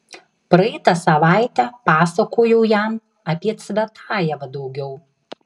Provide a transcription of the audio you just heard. praeitą savaitę pasakojau jam apie cvetajevą daugiau